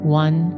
one